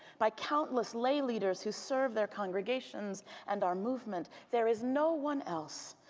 by countless lay leaders who serve their congregations and our movement. there is no one else,